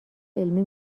علمی